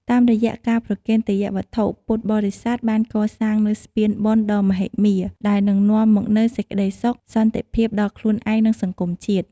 តាមរយៈការប្រគេនទេយ្យវត្ថុ ពុទ្ធបរិស័ទបានកសាងនូវស្ពានបុណ្យដ៏មហិមា ដែលនឹងនាំមកនូវសេចក្តីសុខសន្តិភាពដល់ខ្លួនឯង និងសង្គមជាតិ។